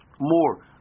more